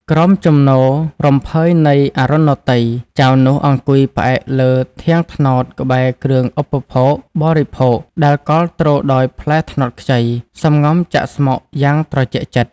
ក្រោមជំនោររំភើយនៃអរុណោទ័យ ចៅនោះអង្គុយផ្អែកលើធាងត្នោតក្បែរគ្រឿងឧបភោគ បរិភោគដែលកល់ទ្រដោយផ្លែត្នោតខ្ចី សំងំចាក់ស្មុគយ៉ាងត្រជាក់ចិត្ត។